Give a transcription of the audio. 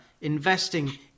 investing